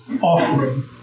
offering